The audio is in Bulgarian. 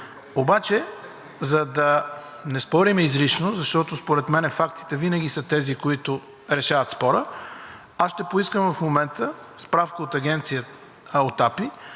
Обаче, за да не спорим излишно, защото според мен фактите са тези, които решават спора, аз ще поискам в момента справка от Агенция „Пътна